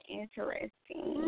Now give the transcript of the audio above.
interesting